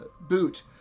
boot